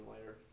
later